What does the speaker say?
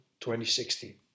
2016